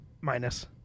Minus